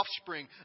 offspring